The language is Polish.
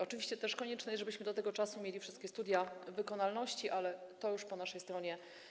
Oczywiście też konieczne jest, żebyśmy do tego czasu mieli wszystkie studia wykonalności, ale to już jest po naszej stronie.